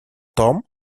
том